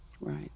Right